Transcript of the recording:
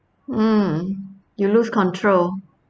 mm you lose control